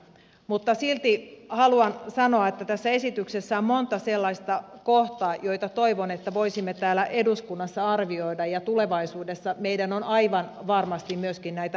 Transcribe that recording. mutta silti haluan sanoa että esityksessä on monta sellaista kohtaa joita toivon voivamme täällä eduskunnassa arvioida ja tulevaisuudessa meidän on aivan varmasti myöskin näitä muutoksia tehtävä